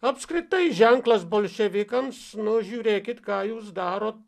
apskritai ženklas bolševikams nu žiūrėkit ką jūs darot